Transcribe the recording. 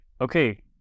okay